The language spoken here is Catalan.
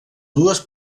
dues